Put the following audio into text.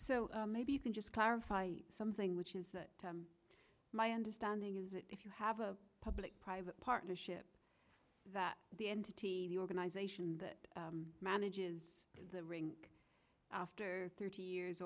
so maybe you can just clarify something which is that my understanding is that if you have a public private partnership that the entity the organization that manages the rink after thirty years